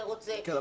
זה רוצה --- כן,